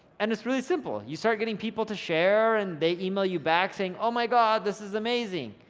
and it's really simple. you start getting people to share, and they email you back saying, oh my god, this is amazing,